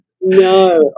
no